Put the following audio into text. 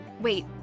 wait